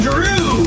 Drew